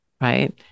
Right